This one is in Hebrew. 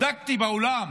בדקתי בעולם